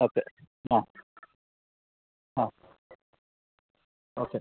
okay ആ ആ okay